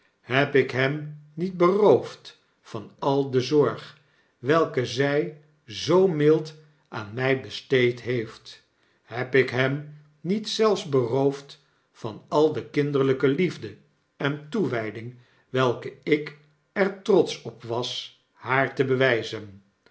heb ik hem niet beroofd van al de zorg welke zij zoo mild aan mg besteed heeft heb ik hem niet zelfs beroofd van al de kinderlijke liefde en toewgding welke ik er trotsch op was haar te bewgzen